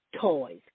toys